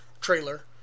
trailer